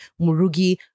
Murugi